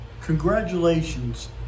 congratulations